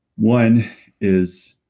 one is,